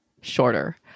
shorter